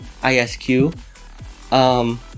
ISQ